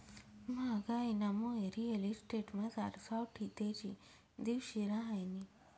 म्हागाईनामुये रिअल इस्टेटमझार सावठी तेजी दिवशी रहायनी